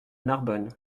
narbonne